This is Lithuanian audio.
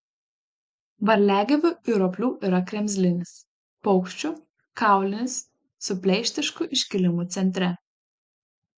varliagyvių ir roplių yra kremzlinis paukščių kaulinis su pleištišku iškilimu centre